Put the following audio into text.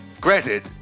Granted